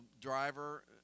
driver